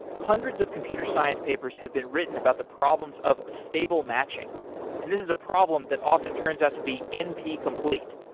hundreds of computer science papers have been written about the problems of stable matching and this is a problem that often turns out to be np-complete.